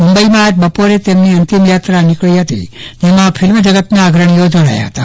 મુંબઇમાં આજે બપોરે તેમની અંતિમયાત્રા નીકળી હતી તેમાં ફિલ્મ જગતના અગ્રણીઓ જોડાયા હતા